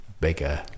bigger